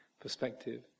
perspective